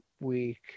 week